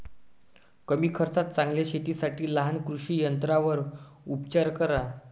कमी खर्चात चांगल्या शेतीसाठी लहान कृषी यंत्रांवर उपचार करा